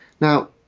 now